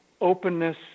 openness